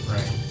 Right